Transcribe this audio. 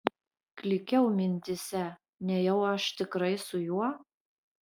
klykiau mintyse nejau aš tikrai su juo